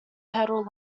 pedal